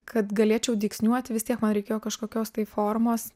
kad galėčiau dygsniuot vis tiek man reikėjo kažkokios tai formos